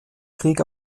krieg